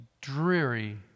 dreary